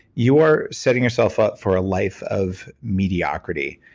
you are setting yourself up for a life of mediocrity.